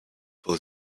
pull